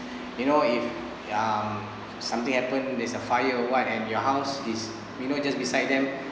you know if um something happen that's fire or what and your house is you know just beside them